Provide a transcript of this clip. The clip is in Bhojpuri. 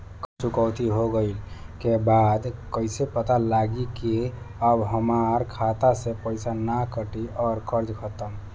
कर्जा चुकौती हो गइला के बाद कइसे पता लागी की अब हमरा खाता से पईसा ना कटी और कर्जा खत्म?